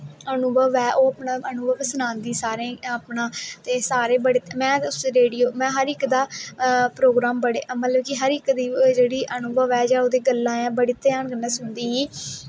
अनुभव ऐ ओह् अनुभव सनांदी सारें गी अपना ते सारे में हर इक दा प्रोग्राम बड़े मतलव हर इक दी जेह्ड़ा अनुभव ऐ जां गल्लें ऐं बड़े ध्यान कन्नै सुनदी ही